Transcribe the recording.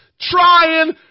trying